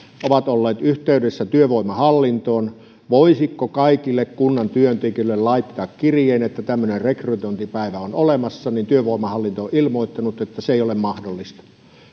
ovat olleet yhteydessä työvoimahallintoon siitä voisiko kaikille kunnan työntekijöille laittaa kirjeen että tämmöinen rekrytointipäivä on olemassa niin työvoimahallinto on ilmoittanut että se ei ole mahdollista